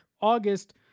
August